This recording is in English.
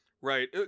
Right